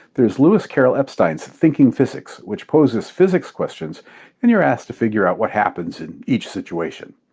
there is lewis carroll epstein's thinking physics, which poses physics questions and you're asked to figure out what happens in each situation.